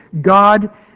God